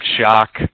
shock